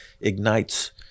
ignites